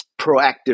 proactive